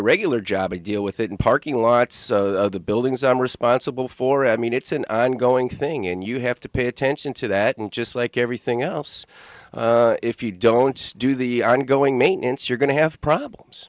regular job i deal with it in parking lots the buildings i'm responsible for i mean it's an ongoing thing and you have to pay attention to that and just like everything else if you don't do the ongoing maintenance you're going to have problems